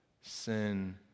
Sin